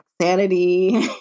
sanity